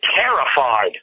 terrified